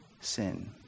sin